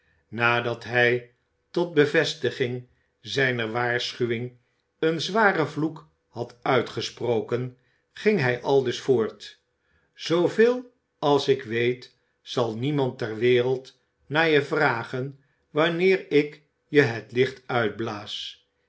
nadat hij tot bevestiging zijner waarschuwing een zwaren vloek had uitgesproken ging hij aldus voort zooveel als ik weet zal niemand ter wereld naar je vragen wanneer ik je het licht uitblaas